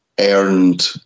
earned